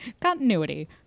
Continuity